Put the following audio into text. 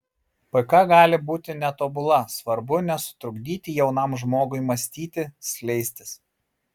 pk gali būti netobula svarbu nesutrukdyti jaunam žmogui mąstyti skleistis